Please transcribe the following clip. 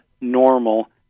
normal